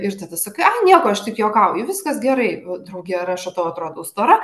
ir tada sakai ai nieko aš tik juokauju viskas gerai draugė ar aš tau atrodau stora